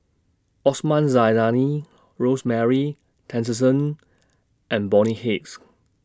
Osman Zailani Rosemary Tessensohn and Bonny Hicks